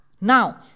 Now